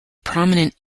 prominent